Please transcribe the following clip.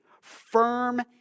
Firm